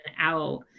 out